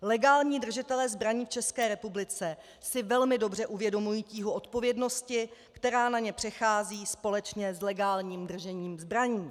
Legální držitelé zbraní v České republice si velmi dobře uvědomují tíhu odpovědnosti, která na ně přechází společně s legálním držením zbraní.